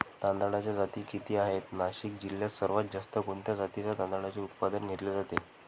तांदळाच्या जाती किती आहेत, नाशिक जिल्ह्यात सर्वात जास्त कोणत्या जातीच्या तांदळाचे उत्पादन घेतले जाते?